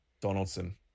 Donaldson